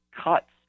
cuts